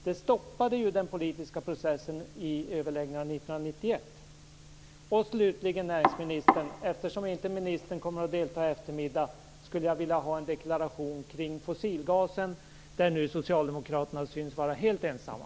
Detta stoppades av den politiska processen i överläggningarna Slutligen skulle jag, eftersom näringsministern inte kommer att delta i eftermiddag, vilja ha en deklaration kring fossilgasen, en fråga där nu socialdemokraterna synes vara helt ensamma.